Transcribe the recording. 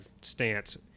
stance